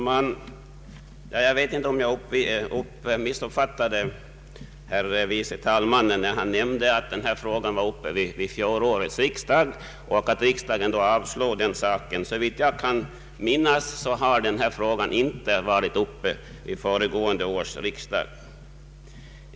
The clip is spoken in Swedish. Herr talman! Jag vet inte om jag missuppfattade herr förste vice talmannen, men jag tyckte han nämnde att denna fråga var uppe vid fjolårets riksdag, som då avslog motionerna, Såvitt jag kan minnas var denna fråga inte uppe vid föregående års riksdag.